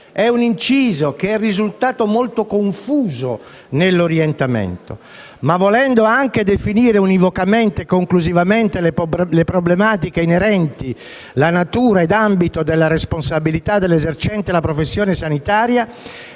è un inciso che è risultato molto confuso nell'orientamento. Ad ogni modo «volendo anche definire univocamente e conclusivamente le problematiche inerenti la natura e l'ambito della responsabilità dell'esercente la professione sanitaria